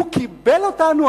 הוא קיבל אותנו,